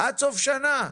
עד סוף שנת הלימודים.